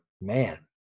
man